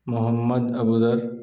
Muhammad Abuzar